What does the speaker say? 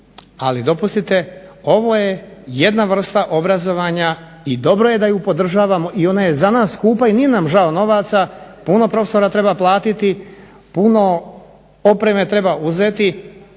ali dopustite ovo je jedna vrsta obrazovanja i dobro je da ju podržavamo i ona je za nas skupa i nije nam žao novaca, puno profesora treba platiti, puno opreme treba uzeti,